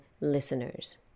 listeners